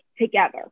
together